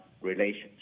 relations